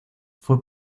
fue